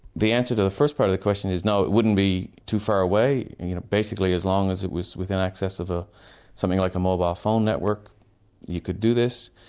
the answer to the first part of the question is no, it wouldn't be too far away. and you know basically as long as it was within access of ah something like a mobile phone network you could do this.